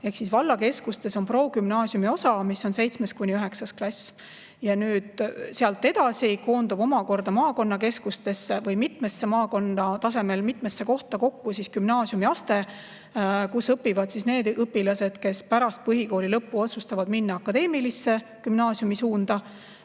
Ehk siis vallakeskustes on progümnaasiumi osa, mis on 7.–9. klass. Ja sealt edasi koondub omakorda maakonnakeskustesse või maakonna tasemel mitmesse kohta kokku gümnaasiumiaste, kus õpivad need õpilased, kes pärast põhikooli lõppu otsustavad minna akadeemilisse gümnaasiumisuunda.